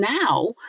now